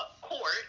court